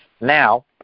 Now